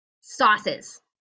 Sauces